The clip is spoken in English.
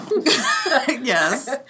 Yes